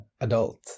adult